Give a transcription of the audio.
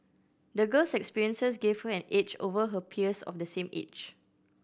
the girl's experiences gave her an edge over her peers of the same age